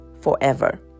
forever